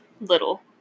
little